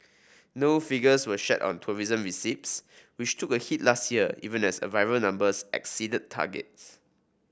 no figures were shared on tourism receipts which took a hit last year even as arrival numbers exceeded targets